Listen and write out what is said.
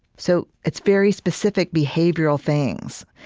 so it's very specific behavioral things.